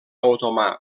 otomà